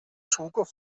hugo